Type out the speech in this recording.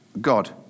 God